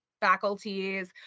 faculties